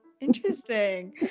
Interesting